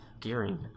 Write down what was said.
Gearing